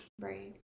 right